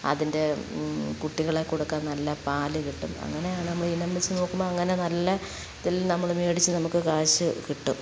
അതിന്റെ കുട്ടികൾക്ക് കൊടുക്കാൻ നല്ല പാൽ കിട്ടും അങ്ങനെയാണ് നമ്മൾ ഇനം വച്ച് നോക്കുമ്പം അങ്ങനെ നല്ല ഇതിൽ നമ്മൾ മേടിച്ച് നമുക്ക് കാശ് കിട്ടും